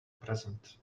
present